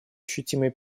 ощутимые